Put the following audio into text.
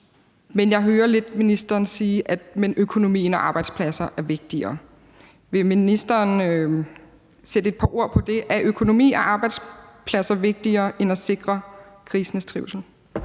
men jeg hører lidt ministeren sige, at økonomien og arbejdspladserne er vigtigere. Vil ministeren sætte et par ord på det? Er økonomi og arbejdspladser vigtigere end at sikre grisenes trivsel?